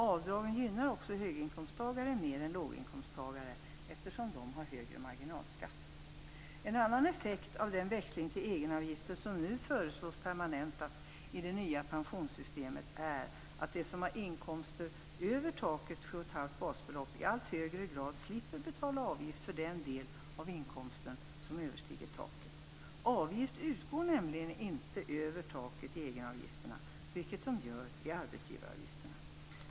Avdragen gynnar också höginkomsttagare mer än låginkomsttagare eftersom de har högre marginalskatt. En annan effekt av den växling till egenavgifter som nu föreslås permanentas i det nya pensionssystemet är att de som har inkomster över taket på 7,5 basbelopp i allt högre grad slipper betala avgift för den del av inkomsten som överstiger taket. Avgift utgår nämligen inte över taket i egenavgifterna, vilket de gör i arbetsgivaravgifterna.